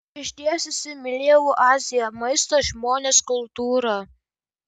išties įsimylėjau aziją maistą žmones kultūrą